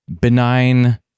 benign